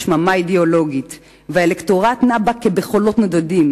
יש שממה אידיאולוגית והאלקטורט נע בה כבחולות נודדים.